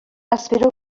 espero